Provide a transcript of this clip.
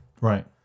Right